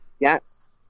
yes